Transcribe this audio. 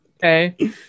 okay